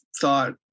thought